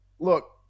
Look